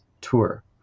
tour